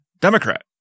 democrat